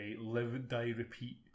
live-die-repeat